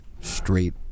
straight